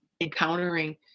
encountering